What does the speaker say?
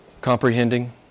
comprehending